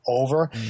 over